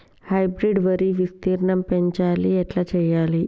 Hybrid వరి విస్తీర్ణం పెంచాలి ఎట్ల చెయ్యాలి?